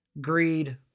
greed